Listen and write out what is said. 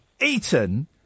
eaten